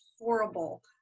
horrible